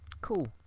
Cool